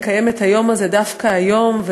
לקיים את היום הזה דווקא היום,